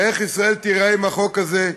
ואיך ישראל תיראה עם החוק הזה,